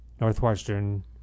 Northwestern